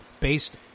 based